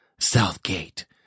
Southgate